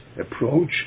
approach